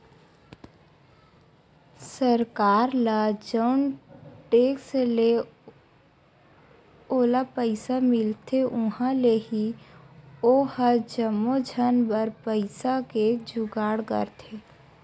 सरकार ल जउन टेक्स ले ओला पइसा मिलथे उहाँ ले ही ओहा जम्मो झन बर पइसा के जुगाड़ करथे